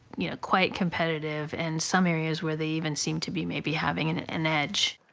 you know, quite competitive, and some areas where they even seem to be maybe having an, an edge.